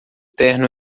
terno